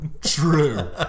true